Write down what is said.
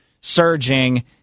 surging